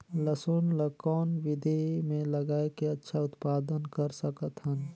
लसुन ल कौन विधि मे लगाय के अच्छा उत्पादन कर सकत हन?